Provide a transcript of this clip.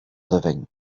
living